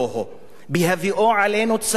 בהביאו עלינו צרה נוראה,